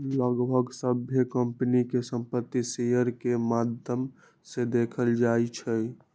लगभग सभ्भे कम्पनी के संपत्ति शेयर के माद्धम से देखल जाई छई